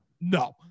No